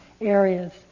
areas